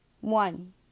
One